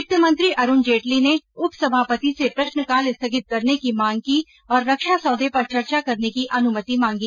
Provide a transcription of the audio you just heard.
वित्तमंत्री अरूण जेटली ने उपसभापति से प्रश्नकाल स्थगित करने की मांग की और रक्षा सौदे पर चर्चा करने की अनुमति मांगी